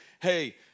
hey